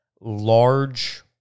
large